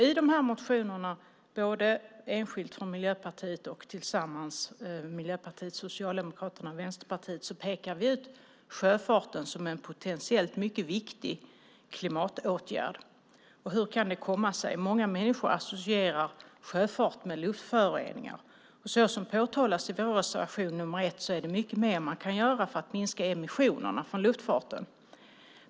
I dessa motioner, både enskilda motioner från Miljöpartiet och motioner som är gemensamma för Miljöpartiet, Socialdemokraterna och Vänsterpartiet, pekar vi ut sjöfarten som en potentiellt mycket viktig klimatåtgärd. Hur kan det komma sig? Många människor associerar sjöfart med luftföroreningar. Som vi pekar på i vår reservation 1 är det mycket mer man kan göra för att minska emissionerna från luftfarten.